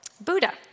Buddha